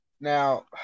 Now